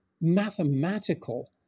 mathematical